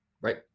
right